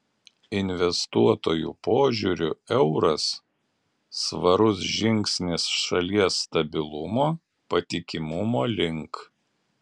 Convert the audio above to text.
investuotojų požiūriu euras svarus žingsnis šalies stabilumo patikimumo link